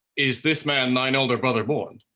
is this man thine elder brother born?